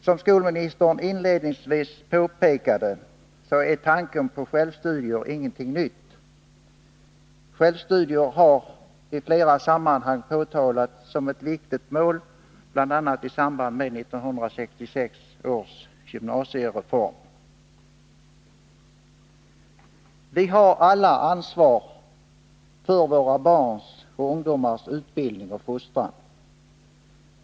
Som skolministern inledningsvis påpekade är tanken på självstudier inte ny. Självstudier har i flera sammanhang uttalats vara ett viktigt mål, bl.a. i samband med 1966 års gymnasiereform. Vi har alla ansvar för våra barns och ungdomars utbildning och fostran.